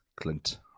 Clint